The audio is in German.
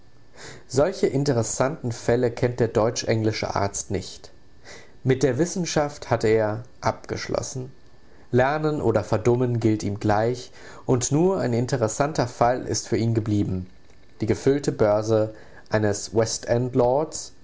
solche interessanten fälle kennt der deutsch englische arzt nicht mit der wissenschaft hat er abgeschlossen lernen oder verdummen gilt ihm gleich und nur ein interessanter fall ist für ihn geblieben die gefüllte börse eines